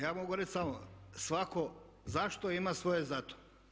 Ja mogu reći samo svako zašto ima svoje zato.